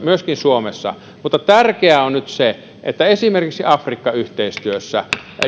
myöskin suomessa mutta tärkeää on nyt se että esimerkiksi afrikka yhteistyössä